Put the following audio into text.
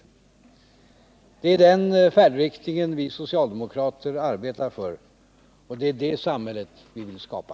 Det är den färdriktningen vi socialdemokrater arbetar för. Det är det samhället vi vill skapa.